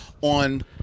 on